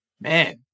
man